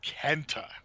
Kenta